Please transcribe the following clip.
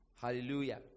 Hallelujah